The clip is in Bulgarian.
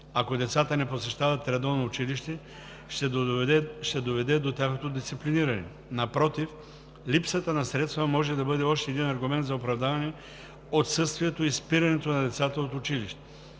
ако децата не посещават редовно училище, ще доведе до тяхното дисциплиниране. Напротив, липсата на средства може да бъде още един аргумент за оправдаване отсъствието и спирането на децата от училище.